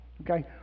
Okay